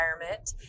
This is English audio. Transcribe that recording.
environment